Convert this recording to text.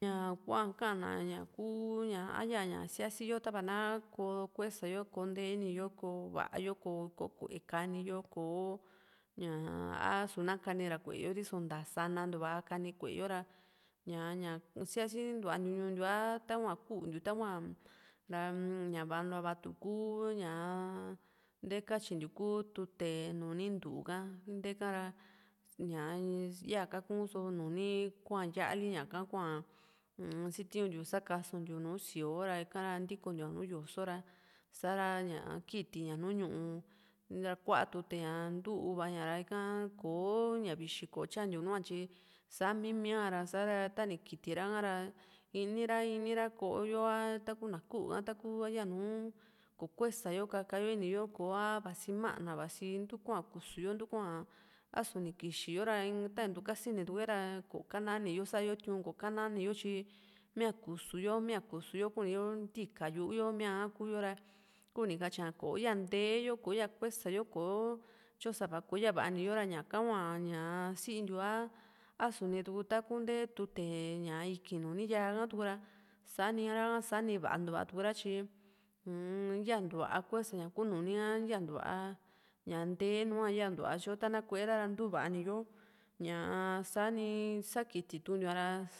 ña kuaa ka´na ña ku ña kúu a yaña kasi yo tava ná ko kuesa yo kó nteini yo kó va´a yo kó kò´o kué kani yo kò´o ñaa a´su na kani ra ku´e yo riso nta sanantu´a kana ku´e yo ra ña ñá siasintua ntiu ñuu ntiu a tahua kúntiu hua ra ña va´a ntua va´a tu ku ñaa nte katyintiu kú tute nuni ntúu ka nteka ra ña íya kakunso nuni ku´a ya´ali ñaka hua uun sintiu ntiu skasuntiu nùù síoo ra ikara ntikontiu a nùù yoso ra sa´ra ña kiti ña nu ñu´u ra kúaa tute ña kú u´va ña ra ra kò´o ña vixi ko tyantiu núatyi sá mimi´a ra tani kitiraa rá ini ra ini ra koo yo a takuna ku´u ha taku ayanu kò´o kuesa yo kakayo ini yo a vasi mana vasi ntuku´a kúsuyo ntuku´a a´su ni kixiyo ra ta nintukasini tuku´e ra kò´o kanani yo sá yó tiu´n kò´o kakanani yo tyi mia kusu yo mia kusu yo kuni yo ntíka yu´u yo mia kuuyo ra kuni katyia kò´o ya ntee yo kò´o ya kuesa yo kò´o tyo sava ko yavani yo ra ñaka hua ña´a sintiu a´su ni tuku ta ku nté tute íkii´n nuni yaa ha tuku ra sanira ha sani vantua tuku ra tyi uu-m ya ntúa kuesa ña ku nuni ha yantúa ña nté nùù a tyo ta´na koera ra ntuvani yo ñaa sa´ni sakititu´a ra